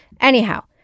Anyhow